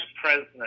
president